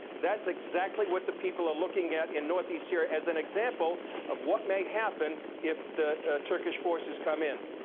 that's exactly what the people are looking at in northeast syria as an example of what may happen if the turkish forces come in.